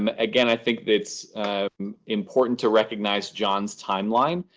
um again, i think it's important to recognize john's time line,